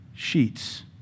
Sheets